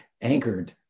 anchored